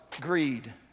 greed